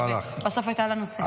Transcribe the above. בסוף הייתה לנו שיחה.